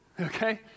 Okay